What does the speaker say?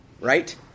right